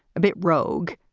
a bit rogue,